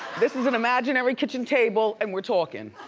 this is an imaginary kitchen table, and we're talking.